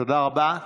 תודה רבה.